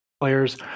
players